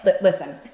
listen